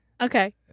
Okay